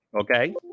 Okay